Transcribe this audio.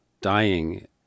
dying